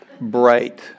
bright